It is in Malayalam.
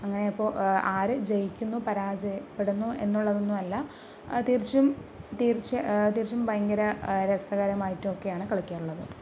അങ്ങനെ അപ്പോൾ ആരു ജയിക്കുന്നു പരാജയപ്പെടുന്നു എന്നുള്ളതൊന്നും അല്ല അ തീര്ച്ചും തീര്ച്ച തീര്ച്ചും ഭയങ്കര രസകരമായിട്ടും ഒക്കെയാണ് കളിക്കാറുള്ളത്